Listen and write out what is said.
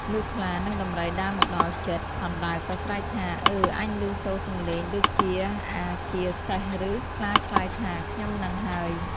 លុះខ្លា និងដំរីដើរមកដល់ជិត អណ្ដើកក៏ស្រែកថា៖ "អើ អញឮសូរសម្លេងដូចជាអាជាសេះឬ?" ខ្លាឆ្លើយថា៖ "ខ្ញុំហ្នឹងហើយ"។